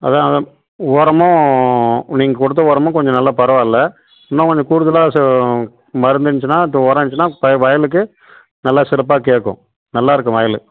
அதான் அதான் உரமும் நீங்கள் கொடுத்த உரமும் கொஞ்சம் நல்லா பரவாயில்ல இன்னும் கொஞ்சம் கூடுதலாக ச மருந்து இருந்துச்சுனால் உரம் இருஞ்சுனால் வயலுக்கு நல்ல சிறப்பாக கேட்கும் நல்லா இருக்கும் வயல்